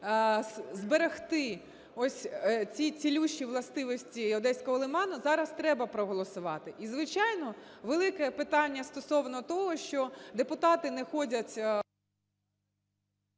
зберегти ось ці цілющі властивості Одеського лиману, зараз треба проголосувати. І, звичайно, велике питання стосовно того, що депутати не ходять…